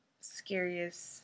scariest